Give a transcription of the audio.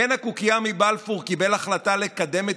קן הקוקייה מבלפור קיבל החלטה לקדם את